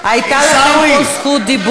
ממרצ, הייתה לכם פה רשות דיבור.